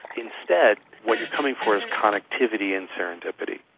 instead what you're coming for is connectivity and serendipity.